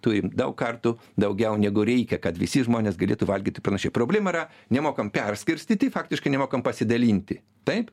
turim daug kartų daugiau negu reikia kad visi žmonės galėtų valgyti panašiai problema yra nemokam perskirstyti faktiškai nemokam pasidalinti taip